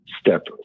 step